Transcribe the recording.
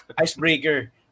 Icebreaker